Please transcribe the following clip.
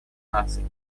наций